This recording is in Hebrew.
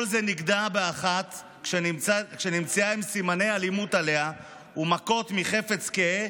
כל זה נגדע באחת כשנמצאה עם סימני אלימות עליה ומכות מחפץ קהה,